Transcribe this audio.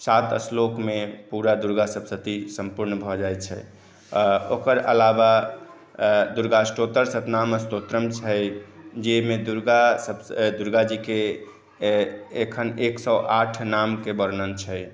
सात श्लोकमे पूरा दुर्गा सप्तशती सम्पूर्ण भए जाइत छै ओकर अलावा दुर्गा स्तोत्रम सहस्रनाम स्तोत्रम छै जाहिमे दुर्गा सप्त दुर्गा जीके एखन एक सए आठ नामके वर्णन छै